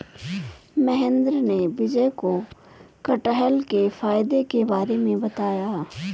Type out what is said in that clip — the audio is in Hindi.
महेंद्र ने विजय को कठहल के फायदे के बारे में बताया